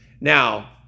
Now